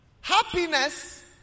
Happiness